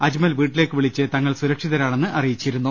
അജ്മൽ വീട്ടിലേക്ക് വിളിച്ച് തങ്ങൾ സുരക്ഷിതരാണെന്ന് അറിയിച്ചിരുന്നു